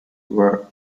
were